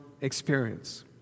experience